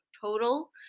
total